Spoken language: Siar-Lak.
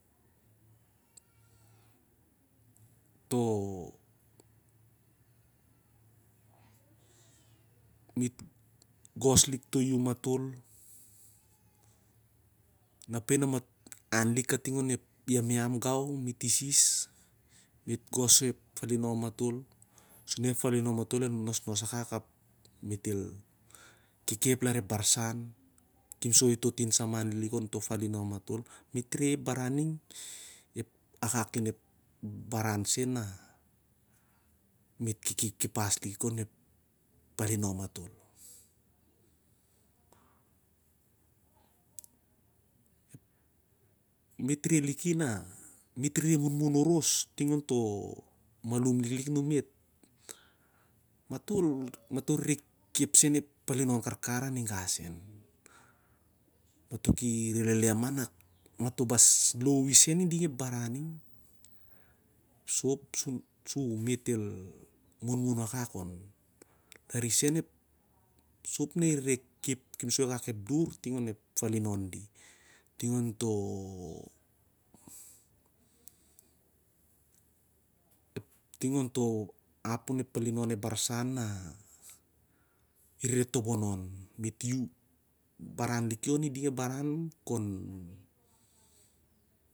Toh me't gos lik toh hioum matol, na peh na mato an lik kating on ep iamiam gau ap me't malik isis. Me't gosh ep falinon matol, sur na ep falinom matol el nosnos akak ap me't el kekep las ep barsan. I kipsol toh tin saman ning an falinon matol. Ep baran sen na me't kehkip liki khon falinom matol. Me't reh liki nah, ureh munmun orois, ato reh khe'p sen ep karkar aningau sen. Mato kireh lehleh mah kanak mato bas lau isen iding ep baran ning ep sop na me't reh munmun akak on- kating an falino di, ting onto hap an falinon ep barsan na ireh tobonon. Me't reh boran lik pheh oni ding ep baran ning onep falinon di-